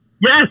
Yes